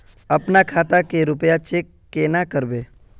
अपना खाता के रुपया चेक केना करबे?